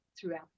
throughout